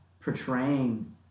portraying